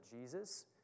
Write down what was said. Jesus